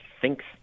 thinks